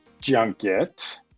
junket